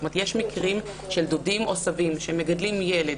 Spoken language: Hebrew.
יש מקרים של דודים או סבים שמגדלים ילד